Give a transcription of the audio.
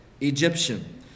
Egyptian